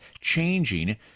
changing